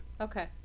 Okay